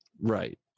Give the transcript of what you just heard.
Right